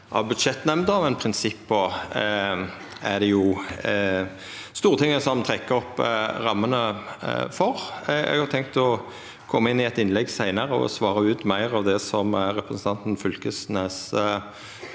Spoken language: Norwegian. av budsjettnemnda, men prinsippa er det Stortinget som trekkjer opp rammene for. Eg har tenkt å koma inn på det i eit innlegg seinare, og svara ut meir av det som representanten Knag Fylkesnes